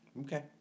Okay